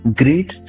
great